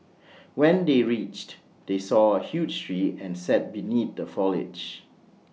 when they reached they saw A huge tree and sat beneath the foliage